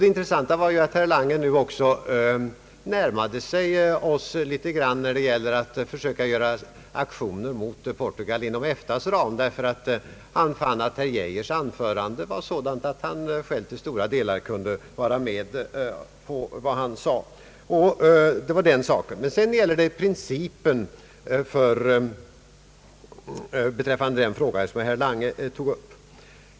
Det intressanta var ju att herr Lange nu också närmade sig oss litet grand när det gällde att försöka göra aktioner mot Portugal inom EFTA:s ram, ty han fann ju att han till stora delar kunde ansluta sig till vad herr Geijer här anfört. Sedan gällde det den principiella fråga som herr Lange här tog upp.